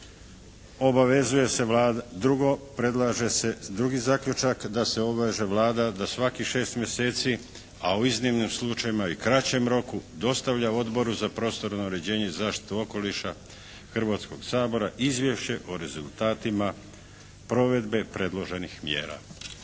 drugi zaključak da se obveže Vlada da svakim 6 mjeseci a u iznimnim slučajevima i u kraćem roku dostavlja odboru za prostorno uređenje i zaštitu okoliša Hrvatskog sabora izvješće o rezultatima provedbe predloženih mjera.